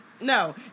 No